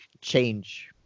change